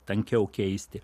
tankiau keisti